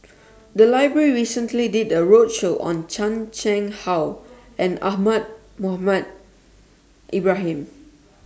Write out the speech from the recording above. The Library recently did A roadshow on Chan Chang How and Ahmad Mohamed Ibrahim